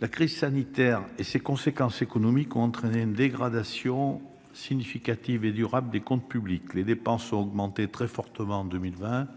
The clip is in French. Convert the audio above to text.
la crise sanitaire et ses conséquences économiques ont entraîné une dégradation significative et durable des comptes publics. Les dépenses ont augmenté très fortement en 2020,